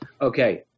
Okay